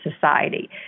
society